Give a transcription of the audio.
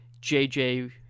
JJ